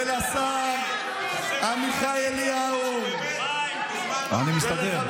ולשר עמיחי אליהו, אני מסתדר.